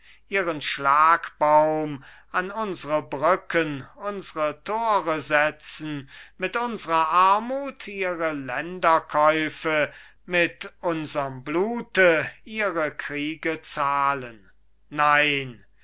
ihren schlagbaum an unsre brücken unsre tore setzen mit unsrer armut ihre länderkäufe mit unserm blute ihre kriege zahlen nein